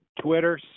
Twitter